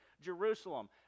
Jerusalem